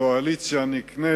קואליציה נקנית,